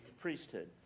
priesthood